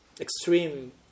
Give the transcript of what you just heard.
extreme